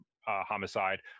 homicide